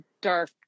dark